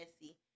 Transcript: messy